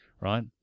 right